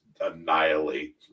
annihilate